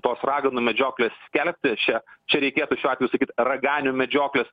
tos raganų medžioklės skelbti šią čia reikėtų šiuo atveju sakyt raganių medžioklės